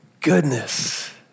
goodness